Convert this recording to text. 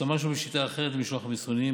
השתמשנו בשיטה אחרת למשלוח המסרונים,